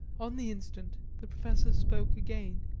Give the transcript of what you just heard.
on the instant the professor spoke again